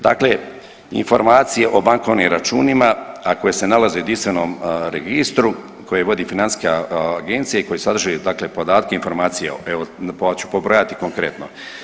Dakle, informacije o bankovnim računima a koje se nalaze u jedinstvenom registru koje vodi Financijska agencija i koje sadrže, dakle podatke, informacije evo probat ću pobrojati konkretno.